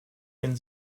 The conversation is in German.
wenn